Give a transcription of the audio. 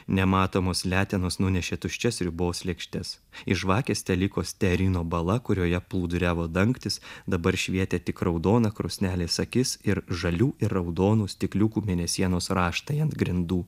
nematomos letenos nunešė tuščias sriubos lėkštes iš žvakės teliko stearino bala kurioje plūduriavo dangtis dabar švietė tik raudona krosnelės akis ir žalių ir raudonų stikliukų mėnesienos raštai ant grindų